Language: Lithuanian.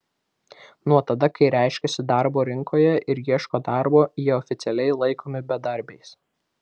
nuo tada kai reiškiasi darbo rinkoje ir ieško darbo jie oficialiai laikomi bedarbiais